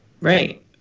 Right